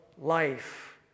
life